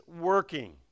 working